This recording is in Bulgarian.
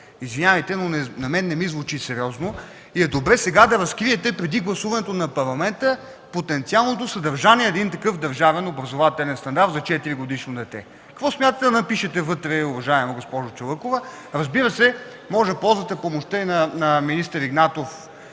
Извинявайте, но на мен не ми звучи сериозно и е добре сега да разкриете, преди гласуването на Парламента, потенциалното съдържание на един такъв държавен образователен стандарт за 4-годишно дете. Какво смятате да напишете вътре, уважаема госпожо Чалъкова? Разбира се, може да ползвате помощта и на министър Игнатов.